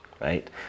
Right